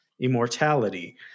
Immortality